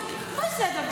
מה זה הדבר הזה?